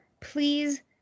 Please